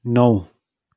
नौ